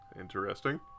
Interesting